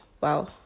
Wow